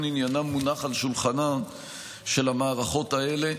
עניינם מונח על שולחנם של המערכות האלה,